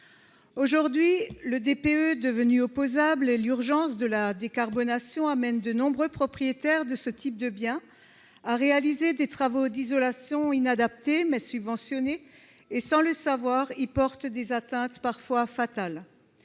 énergétique (DPE), devenu opposable, et l'urgence de la décarbonation amènent de nombreux propriétaires de ce type de biens à réaliser des travaux d'isolation inadaptés, mais subventionnés. Sans le savoir, certains portent au bâti des atteintes parfois fatales.